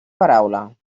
paraula